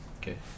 okay